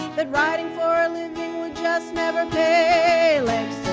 that writing for a living would just never pay!